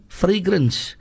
fragrance